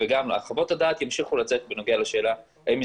וגם חוות הדעת ימשיכו לצאת בנוגע לשאלה האם היא